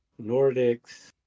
Nordics